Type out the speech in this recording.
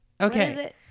okay